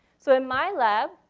so in my lab,